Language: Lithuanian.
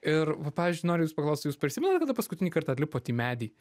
ir va pavyzdžiui noriu jūsų paklaust jūs prisimenat kada paskutinį kartą lipot į medį